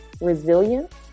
resilience